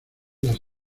las